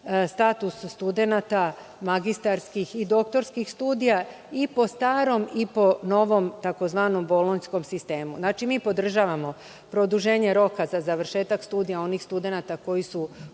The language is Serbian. status studenata, magistarskih i doktorskih studija i po starom i po novom tzv. bolonjskom sistemu. Znači, mi podržavamo produženje roka za završetak studija onih studenata koji su